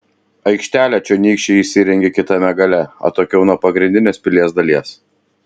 aikštelę čionykščiai įsirengė kitame gale atokiau nuo pagrindinės pilies dalies